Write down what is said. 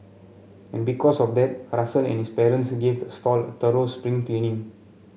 and because of that Russell and his parents gave the stall a thorough spring cleaning